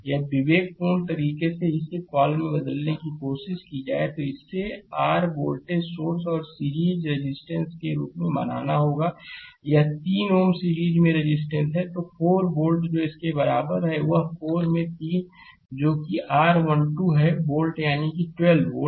यदि विवेकपूर्ण तरीके से इसे कॉल में बदलने की कोशिश की जाए तो इसे r वोल्टेज सोर्स और सीरीज में रेजिस्टेंसके रूप में बनाना होगा यह 3 Ω सीरीज में रेजिस्टेंस है तो 4 v जो इसके बराबर है वह 4 में 3 है जो r 12 है वोल्ट यानी 12 वोल्ट